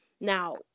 Now